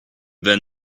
then